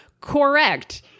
correct